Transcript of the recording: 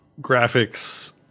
graphics